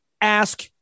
ask